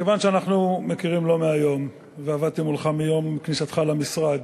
כיוון שאנחנו מכירים לא מהיום ועבדתי מולך מיום כניסתך למשרד,